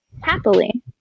happily